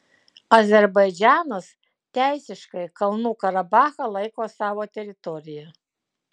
azerbaidžanas teisiškai kalnų karabachą laiko savo teritorija